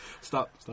Stop